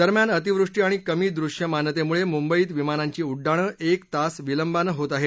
दरम्यान अतिवृष्टी आणि कमी दृश्यमानतेमुळे मुंबईत विमानांची उड्डाणं एक तास विलंबानं होत आहेत